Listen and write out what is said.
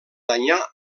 danyar